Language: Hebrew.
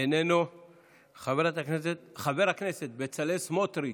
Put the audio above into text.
אינו נוכח, חבר הכנסת בצלאל סמוטריץ'